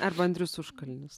arba andrius užkalnis